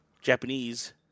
Japanese